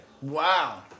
Wow